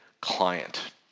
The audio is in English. client